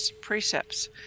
precepts